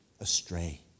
astray